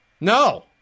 No